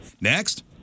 Next